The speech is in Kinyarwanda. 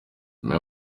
nyuma